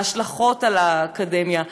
ההשלכות על האקדמיה,